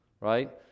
right